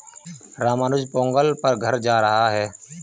रामानुज पोंगल पर घर जा रहा है